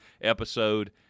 episode